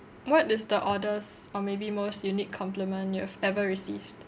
what is the oddest or maybe most unique compliment you've ever received